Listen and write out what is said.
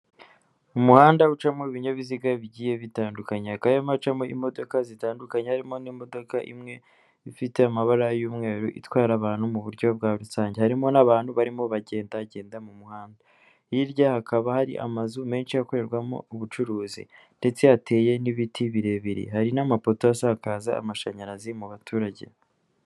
Umuhanda ucamo ibinyabiziga bigiye bitandukanya kakaba hacamo imodoka zitandukanye harimo n'imodoka imwe ifite amabara y'umweru itwara abantu mu buryo bwa rusange, harimo n'abantu barimo bagenda bagenda mu muhanda hirya hakaba hari amazu menshi akorerwamo ubucuruzi, ndetse hateye n'ibiti birebire hari n'amapoto asakaza amashanyarazi mu baturage.